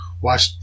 watch